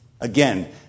Again